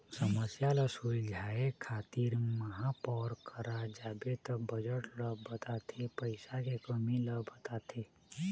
समस्या ल सुलझाए खातिर महापौर करा जाबे त बजट ल बताथे पइसा के कमी ल बताथे